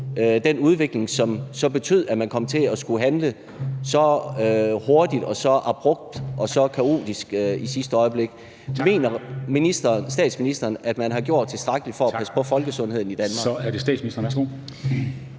den udvikling, som så betød, at man kom til at skulle handle så hurtigt og så abrupt og så kaotisk i sidste øjeblik. Mener statsministeren, at man har gjort tilstrækkeligt for at passe på folkesundheden i Danmark?